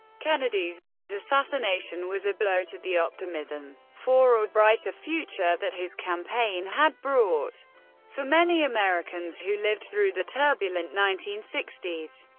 kennedy's assassination was a blow to the optimism for a brighter future that his campaign had brought for many americans who lived through the turbulent nineteen sixty s.